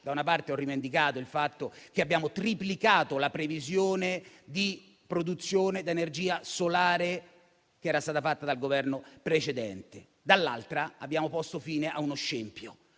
fotovoltaici. Ho rivendicato il fatto che abbiamo, da una parte, triplicato la previsione di produzione di energia solare che era stata fatta dal Governo precedente, e dall'altra abbiamo posto fine a uno scempio